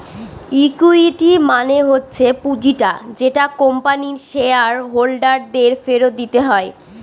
equity মানে হচ্ছে পুঁজিটা যেটা কোম্পানির শেয়ার হোল্ডার দের ফেরত দিতে হয়